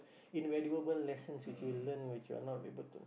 invaluable lessons which you learn which you're not able to